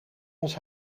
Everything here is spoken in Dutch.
ons